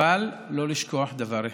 אבל לא לשכוח דבר אחד: